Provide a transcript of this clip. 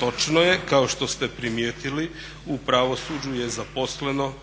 Točno je, kao što ste primijetili, u pravosuđu je zaposleno